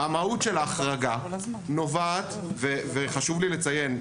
חשוב לי לציין,